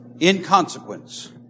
inconsequence